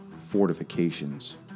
fortifications